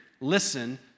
listen